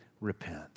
repent